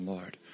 Lord